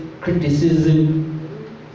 criticism